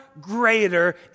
greater